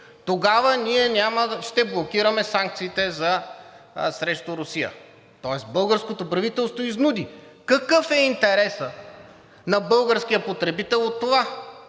тогава ние ще блокираме санкциите срещу Русия“. Тоест българското правителство изнуди. Какъв е интересът на българския потребител от това,